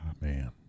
man